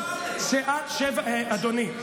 השר אקוניס,